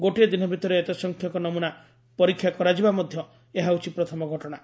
ଗୋଟିଏ ଦିନ ଭିତରେ ଏତେ ସଂଖ୍ୟକ ନମ୍ବନା ପରୀକ୍ଷା କରାଯିବା ମଧ୍ୟ ଏହା ହେଉଛି ପ୍ରଥମ ଘଟଣା